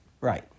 Right